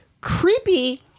creepy